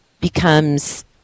becomes